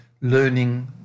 learning